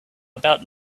about